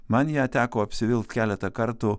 man ją teko apsivilkt keletą kartų